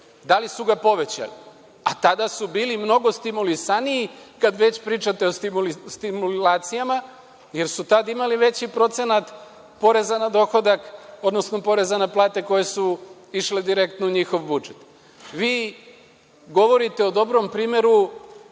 Da li su ga povećali? Tada su bili mnogo stimulisaniji, kada već pričate o stimulacijama, jer su tada imali veći procenat poreza na dohodak, odnosno poreza na plate koje su išle direktno u njihov budžet. Govorite o dobrom primeru